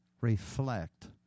reflect